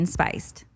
Spiced